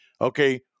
okay